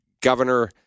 Governor